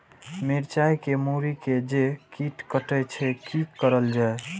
मिरचाय के मुरी के जे कीट कटे छे की करल जाय?